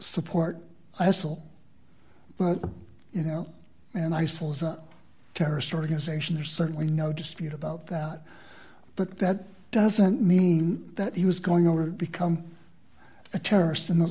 support eisel but you know and i saw as a terrorist organization there's certainly no dispute about that but that doesn't mean that he was going over become a terrorist in the